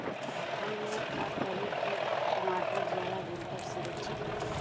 हमलोग का करी की टमाटर ज्यादा दिन तक सुरक्षित रही?